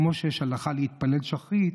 כמו שיש הלכה להתפלל שחרית,